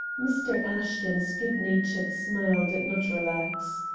mr. ashton's good-natured smile did not relax.